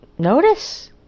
notice